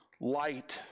light